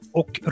och